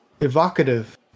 evocative